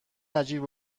نجیب